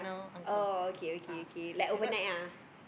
oh okay okay okay like overnight ah